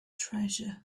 treasure